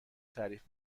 تعریف